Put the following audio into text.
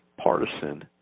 partisan